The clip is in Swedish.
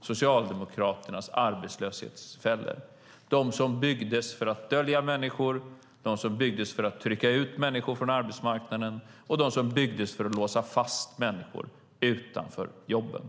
och Socialdemokraternas arbetslöshetsfällor, som byggdes för att dölja människor, byggdes för att trycka ut människor från arbetsmarknaden och byggdes för att låsa fast människor utanför jobben.